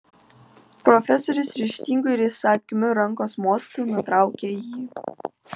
profesorius ryžtingu ir įsakmiu rankos mostu nutraukė jį